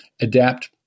adapt